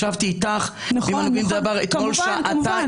ישבתי איתך אתמול במשך שעתיים --- כמובן.